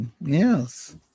yes